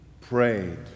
prayed